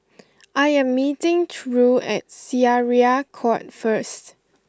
I am meeting Ture at Syariah Court first